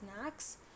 snacks